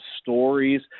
stories